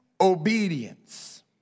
obedience